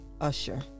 Usher